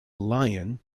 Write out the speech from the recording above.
lion